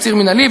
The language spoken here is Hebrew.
עציר מינהלי,